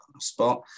spot